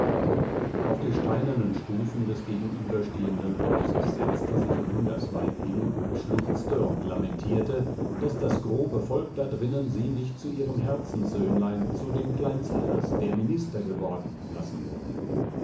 auf die steinernen stufen des gegenüberstehenden hauses setzte sich nun das weib hin und schluchzte und lamentierte daß das grobe volk da drinnen sie nicht zu ihrem herzenssöhnlein zu dem klein zaches der minister geworden lassen wolle